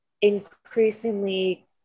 increasingly